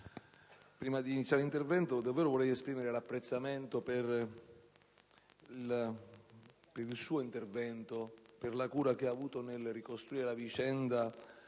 prima di iniziare il mio intervento vorrei davvero esprimere il mio apprezzamento per il suo intervento, per la cura che ha avuto nel ricostruire la vicenda